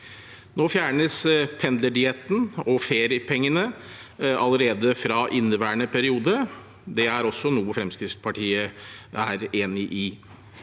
Nå fjernes pendlerdietten og feriepengene allerede fra inneværende periode. Det er også noe Fremskrittspartiet er enig i.